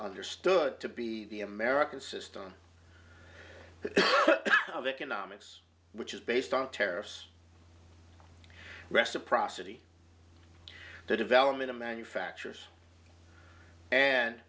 understood to be the american system of economics which is based on tariffs reciprocity the development of manufactures and